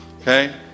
Okay